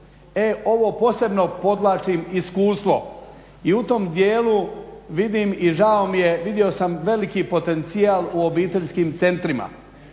ovo posebno podvlačim iskustvo i u tom dijelu vidim i žao mi je, vidio sam veliki potencijal u obiteljskim centrima